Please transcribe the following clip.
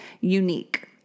unique